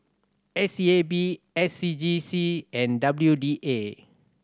S E A B S C G C and W D A